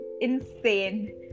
insane